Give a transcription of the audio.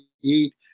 eat